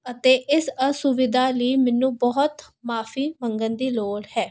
ਅਤੇ ਇਸ ਆਸੁਵਿਧਾ ਲਈ ਮੈਨੂੰ ਬਹੁਤ ਮੁਆਫੀ ਮੰਗਣ ਦੀ ਲੋੜ ਹੈ